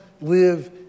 live